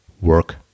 work